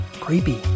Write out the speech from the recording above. Creepy